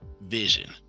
Vision